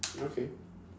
okay